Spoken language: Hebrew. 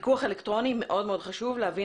הנושא הנוסף הוא פיקוח אלקטרוני ומאוד מאוד חשוב להבין